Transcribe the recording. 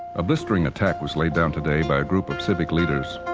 a blistering attack was laid down today by a group of civic leaders.